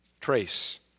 trace